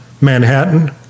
Manhattan